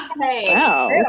Wow